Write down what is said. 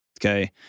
okay